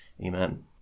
Amen